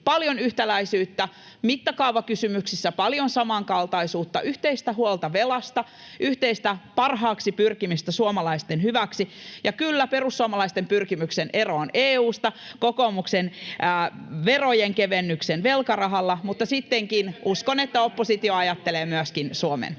paljon yhtäläisyyttä mittakaavakysymyksissä, paljon samankaltaisuutta, yhteistä huolta velasta ja yhteistä parhaaksi pyrkimistä suomalaisten hyväksi. Ja kyllä, perussuomalaisten pyrkimyksen eroon EU:sta ja kokoomuksen verojen kevennyksen velkarahalla, [Ben Zyskowicz: Ettekö te